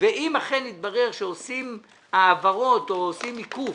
ואם אכן יתברר שעושים העברות או עושים עיקוף